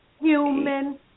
human